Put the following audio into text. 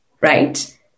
right